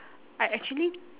I actually